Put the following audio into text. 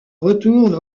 retourne